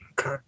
Okay